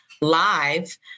live